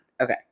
Okay